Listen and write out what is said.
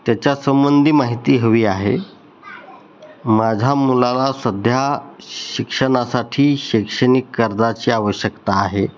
त्याच्यासंबंधी माहिती हवी आहे माझ्या मुलाला सध्या शिक्षणासाठी शैक्षणिक कर्जाची आवश्यकता आहे